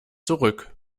zurück